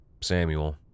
Samuel